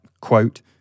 quote